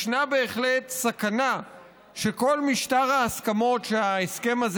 ישנה בהחלט סכנה שכל משטר ההסכמות שההסכם הזה